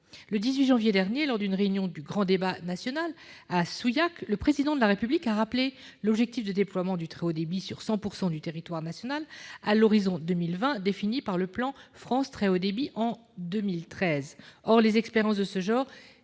Le 18 janvier dernier, lors d'une réunion du grand débat national à Souillac, le Président de la République a rappelé l'objectif de déploiement du très haut débit sur 100 % du territoire national à l'horizon 2020, défini par le plan France très haut débit en 2013. De telles expériences n'incitent